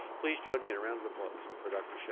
please join me in a round of applause for dr. so